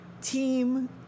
team